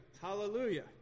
hallelujah